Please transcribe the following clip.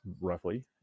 roughly